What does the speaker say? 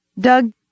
Doug